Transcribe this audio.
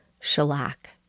shellac